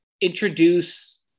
introduce